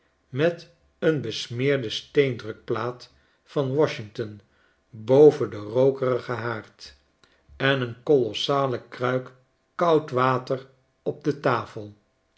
met een besmeerde steendrukplaat van washington boven den rookerigen haard en een kolossale kruik koud water op de tafel